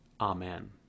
Amen